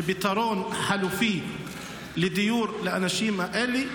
פתרון חלופי של דיור לאנשים האלה?